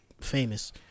famous